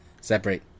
Separate